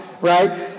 right